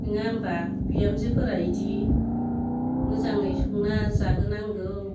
नङा होनबा बिहामजोफ्रा बिदि मोजाङो संना जाहो नांगौ